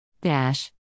Dash